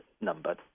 number